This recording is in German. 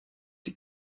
die